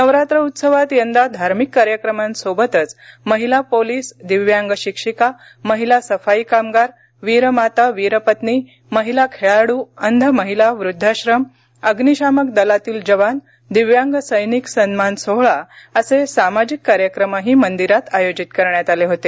नवरात्र उत्सवात यंदा धार्मिक कार्यक्रमांसोबतच महिला पोलीस दिव्यांग शिक्षीका महिला सफाई कामगार वीरमाता वीरपत्नी महिला खेळाडू अंध महिला वृद्धाश्रम अग्निशामक दलातील जवान दिव्यांग सैनिक सन्मान सोहळा असे सामाजिक कार्यक्रमही मंदिरात आयोजित करण्यात आले होते